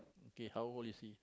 okay how old is he